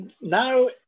Now